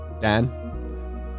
Dan